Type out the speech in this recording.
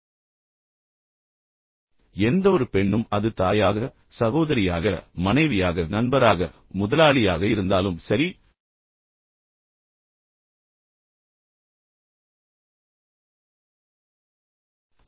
எனவே இதன் பொருள் என்னவென்றால் எந்தவொரு பெண்ணும் அது தாயாக இருந்தாலும் சரி சகோதரியாக இருந்தாலும் சரி மனைவியாக இருந்தாலும் சரி நண்பராக இருந்தாலும் சரி இப்போது மீண்டும் முதலாளியாக இருக்கிறார்